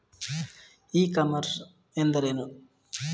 E commerce ಎಂದರೆ ಏನು?